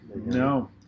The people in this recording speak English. No